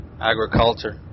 agriculture